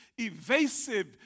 evasive